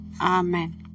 Amen